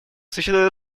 существуют